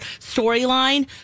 storyline